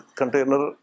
container